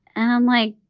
i'm like,